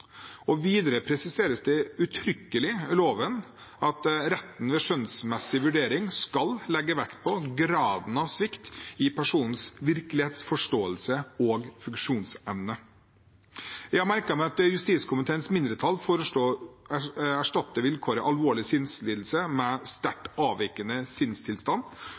og videre presiseres det uttrykkelig i loven at retten ved skjønnsmessig vurdering skal legge vekt på graden av svikt i personens virkelighetsforståelse og funksjonsevne. Jeg har merket meg at justiskomiteens mindretall foreslår å erstatte vilkåret «alvorlig sinnslidelse» med «sterkt avvikende sinnstilstand».